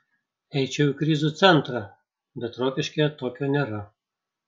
eičiau į krizių centrą bet rokiškyje tokio nėra